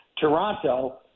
Toronto